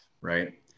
Right